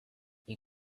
you